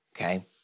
okay